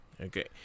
Okay